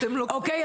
אוקי?